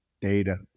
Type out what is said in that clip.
data